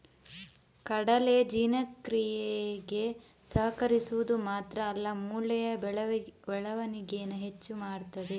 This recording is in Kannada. ಕಡಲೆ ಜೀರ್ಣಕ್ರಿಯೆಗೆ ಸಹಕರಿಸುದು ಮಾತ್ರ ಅಲ್ಲ ಮೂಳೆಯ ಬೆಳವಣಿಗೇನ ಹೆಚ್ಚು ಮಾಡ್ತದೆ